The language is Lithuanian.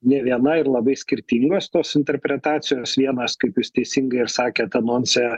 ne viena ir labai skirtingos tos interpretacijos vienas kaip jūs teisingai ir sakėt anonse